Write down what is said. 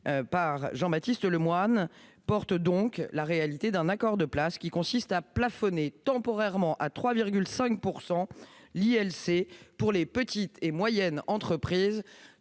par Jean-Baptiste Lemoyne est le reflet de cet accord, qui consiste à plafonner temporairement à 3,5 % l'ILC pour les petites et moyennes entreprises,